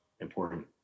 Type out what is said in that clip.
important